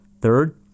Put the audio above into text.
Third